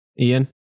Ian